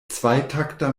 zweitakter